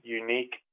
unique